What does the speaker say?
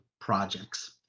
projects